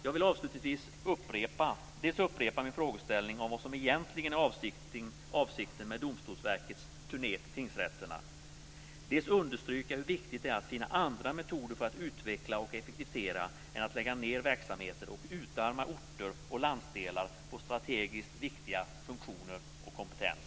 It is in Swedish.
Jag vill avslutningsvis dels upprepa min fråga om vad som egentligen är avsikten med Domstolsverkets turné till tingsrätterna, dels understryka hur viktigt det är att finna andra metoder för att utveckla och effektivisera verksamheter än att lägga ned dem och utarma orter och landsdelar på strategiskt viktiga funktioner och kompetens.